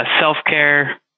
self-care